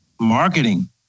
Marketing